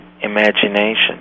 imagination